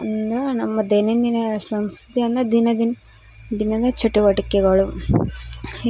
ಅಂದ್ರೆ ನಮ್ಮ ದೈನಂದಿನ ಸಂಸ್ತಿ ಅಂದ ದಿನ ದಿನ ದಿನನೆ ಚಟುವಟಿಕೆಗಳು